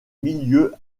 milieux